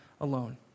alone